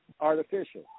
artificial